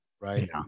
right